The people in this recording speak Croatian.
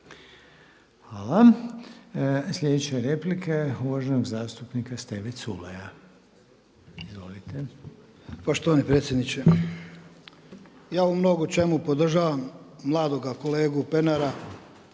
Hvala. Slijedeća replika je uvaženog zastupnika Steve Culeja. Izvolite. **Culej, Stevo (HDZ)** Poštovani predsjedniče, ja u mnogo čemu podržavam mladoga kolegu Pernara,